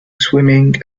swimming